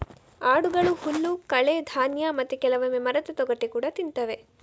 ಆಡುಗಳು ಹುಲ್ಲು, ಕಳೆ, ಧಾನ್ಯ ಮತ್ತೆ ಕೆಲವೊಮ್ಮೆ ಮರದ ತೊಗಟೆ ಕೂಡಾ ತಿಂತವೆ